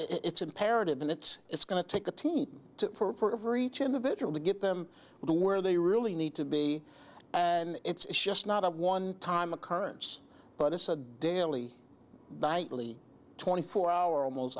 it's imperative and it's it's going to take a team for of reach individual to get them to where they really need to be and it's just not a one time occurrence but it's a daily nightly twenty four hour almost